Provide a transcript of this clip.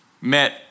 met